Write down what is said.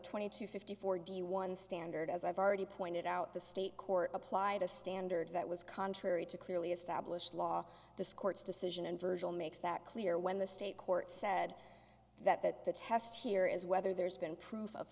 twenty two fifty four d one standard as i've already pointed out the state court applied a standard that was contrary to clearly established law the court's decision and virgil makes that clear when the state court said that that the test here is whether there's been proof of